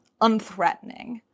unthreatening